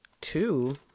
two